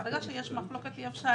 ברגע שיש מחלוקת אי-אפשר